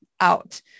out